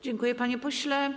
Dziękuję, panie pośle.